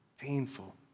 painful